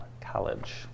College